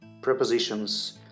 prepositions